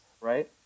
right